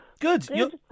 Good